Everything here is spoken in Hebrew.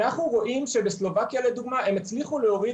אנחנו רואים שבסלובקיה לדוגמה הם הצליחו להוריד